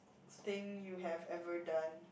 thing you have ever done